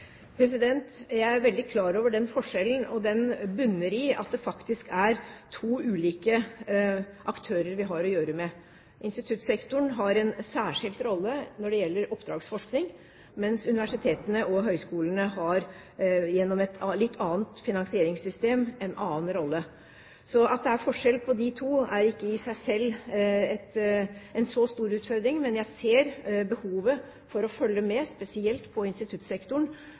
Jeg er veldig klar over den forskjellen. Den bunner i at det faktisk er to ulike aktører vi har å gjøre med. Instituttsektoren har en særskilt rolle når det gjelder oppdragsforskning, mens universitetene og høyskolene har, gjennom et litt annet finansieringssystem, en annen rolle. Så at det er forskjell på de to, er ikke i seg selv en så stor utfordring, men jeg ser behovet for å følge med, spesielt på instituttsektoren,